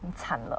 你惨了